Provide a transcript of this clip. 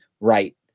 right